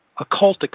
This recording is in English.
occultic